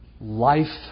life